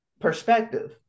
perspective